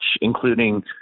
including